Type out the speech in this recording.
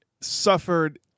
suffered